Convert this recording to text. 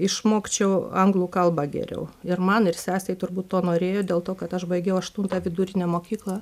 išmokčiau anglų kalbą geriau ir man ir sesei turbūt to norėjo dėl to kad aš baigiau aštuntą vidurinę mokyklą